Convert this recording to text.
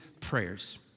prayers